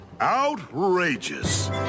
Outrageous